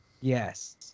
Yes